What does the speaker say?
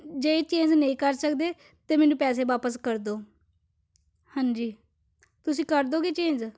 ਜੇ ਇਹ ਚੇਂਜ ਨਹੀਂ ਕਰ ਸਕਦੇ ਤਾਂ ਮੈਨੂੰ ਪੈਸੇ ਵਾਪਸ ਕਰ ਦਿਉ ਹਾਂਜੀ ਤੁਸੀਂ ਕਰ ਦਿਉਗੇ ਚੇਂਜ